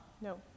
No